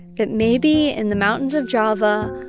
that maybe in the mountains of java,